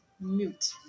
mute